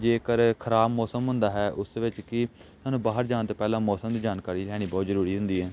ਜੇਕਰ ਖਰਾਬ ਮੌਸਮ ਹੁੰਦਾ ਹੈ ਉਸ ਵਿੱਚ ਕਿ ਸਾਨੂੰ ਬਾਹਰ ਜਾਣ ਤੋਂ ਪਹਿਲਾਂ ਮੌਸਮ ਦੀ ਜਾਣਕਾਰੀ ਲੈਣੀ ਬਹੁਤ ਜ਼ਰੂਰੀ ਹੁੰਦੀ ਹੈ